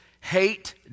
hate